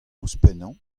ouzhpennañ